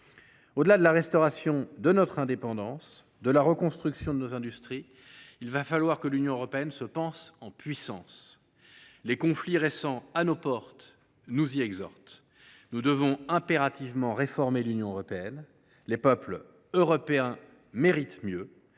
Au delà de la restauration de notre indépendance, de la reconstruction de nos industries, il va falloir que l’Union européenne se pense en puissance. Les conflits récents, à nos portes, nous y exhortent. Nous devons impérativement réformer l’Union européenne. Les peuples européens méritent mieux.